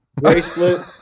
bracelet